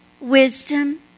wisdom